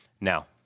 now